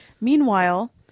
Meanwhile